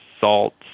salt